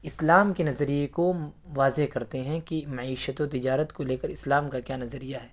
اسلام کے نظریے کو واضح کرتے ہیں کہ معیشت و تجارت کو لے کر اسلام کا کیا نظریہ ہے